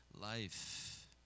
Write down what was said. life